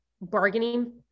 bargaining